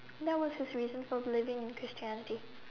that was his reason for believing in Christianity